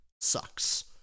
sucks